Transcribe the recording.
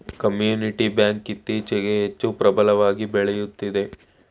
community bank ಇತ್ತೀಚೆಗೆ ಹೆಚ್ಚು ಪ್ರಬಲವಾಗಿ ಬೆಳೆಯುತ್ತಿದೆ